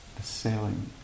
assailing